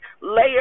layer